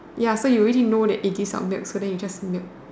ya so you know that they give out's milk so then you just milk